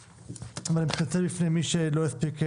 אני מתנצל לפני מי שלא הספיק לדבר.